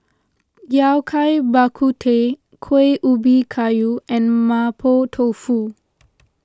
Yao Cai Bak Kut Teh Kuih Ubi Kayu and Mapo Tofu